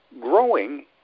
growing